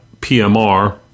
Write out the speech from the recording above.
PMR